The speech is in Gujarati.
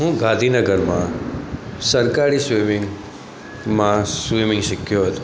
હું ગાંધીનગરમાં સરકારી સ્વિમિંગમાં સ્વિમિંગ શીખ્યો હતો